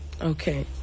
okay